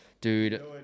dude